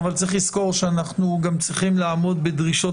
אבל צריך לזכור שאנחנו גם צריכים לעמוד בדרישות